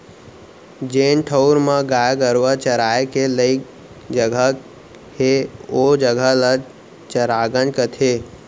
जेन ठउर म गाय गरूवा चराय के लइक जघा हे ओ जघा ल चरागन कथें